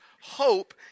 Hope